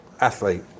Athlete